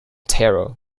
terror